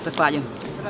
Zahvaljujem.